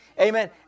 Amen